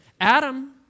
Adam